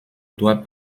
doit